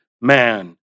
man